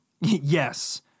Yes